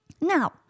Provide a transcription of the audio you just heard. Now